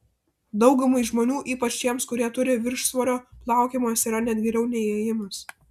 daugumai žmonių ypač tiems kurie turi viršsvorio plaukiojimas yra net geriau nei ėjimas